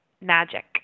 magic